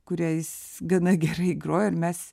kurią jis gana gerai grojo ir mes